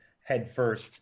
headfirst